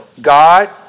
God